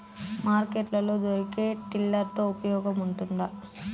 Market లో దొరికే tiller తో ఉపయోగం ఉంటుందా?